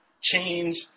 change